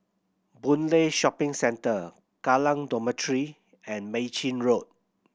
Boon Lay Shopping Centre Kallang Dormitory and Mei Chin Road